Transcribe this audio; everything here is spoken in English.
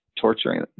torturing